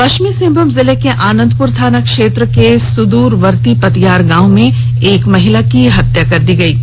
पश्चिमी सिंहभूम जिले के आनंदपुर थाना क्षेत्र के सुदूरवर्ती पतियार गांव में एक महिला की हत्या कर दी गई है